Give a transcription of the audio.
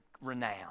renown